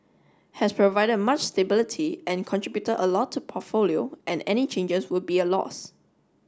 has provided much stability and contributed a lot to the portfolio and any changes would be a loss